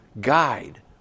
guide